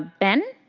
ah ben?